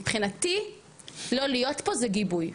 מבחינתי לא להיות פה זה גיבוי,